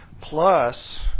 Plus